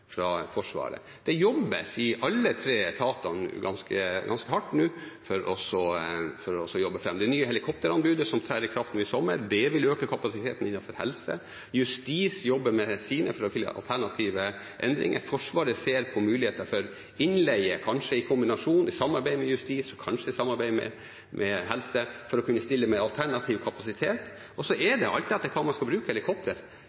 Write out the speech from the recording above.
Det jobbes nå i alle tre etater ganske hardt med å jobbe fram det nye helikopteranbudet som trer i kraft i sommer. Det vil øke kapasiteten innenfor helse. Justis jobber med sitt for å finne alternative endringer. Forsvaret ser på muligheter for innleie, kanskje i kombinasjon og samarbeid med justis, kanskje i samarbeid med helse, for å kunne stille med alternativ kapasitet. Og så er det alt etter hva man skal bruke helikopter